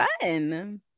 fun